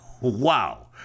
Wow